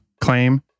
claim